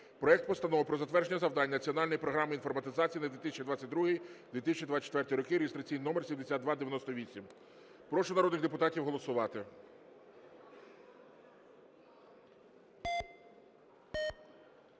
проект Постанови про затвердження завдань Національної програми інформатизації на 2022-2024 роки (реєстраційний номер 7298). Прошу народних депутатів голосувати.